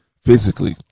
physically